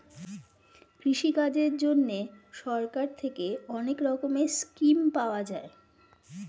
কৃষিকাজের জন্যে সরকার থেকে অনেক রকমের স্কিম পাওয়া যায়